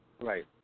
right